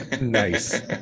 Nice